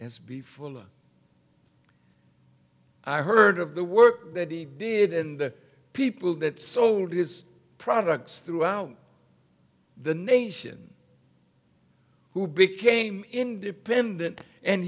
fulla i heard of the work that he did in the people that sold his products throughout the nation who became independent and